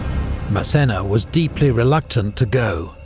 massena was deeply reluctant to go,